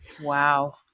Wow